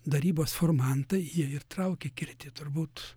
darybos formantai jie ir traukia kirtį turbūt